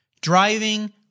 driving